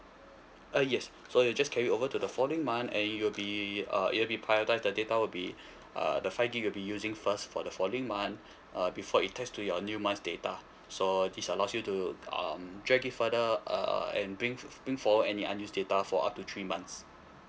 uh yes so you just carry over to the following month and you'll be uh it'll be prioritise the data will be uh the five gig will be using first for the following month err before it test to your new month data so this allows you to um drag it further uh and bring fif~ bring forward any unused data for up to three months